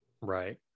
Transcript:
Right